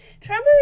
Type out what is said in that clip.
Trevor